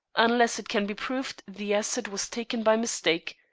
unless it can be proved the acid was taken by mistake,